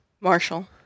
Marshall